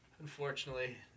unfortunately